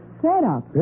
setup